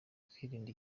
kwirinda